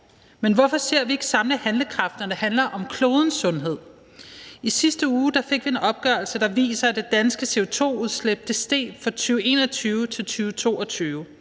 Men hvorfor ser vi ikke samme handlekraft, når det handler om klodens sundhed? I sidste uge fik vi en opgørelse, der viser, at det danske CO2-udslip steg fra 2021 til 2022.